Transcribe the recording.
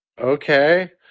Okay